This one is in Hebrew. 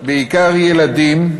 בעיקר ילדים,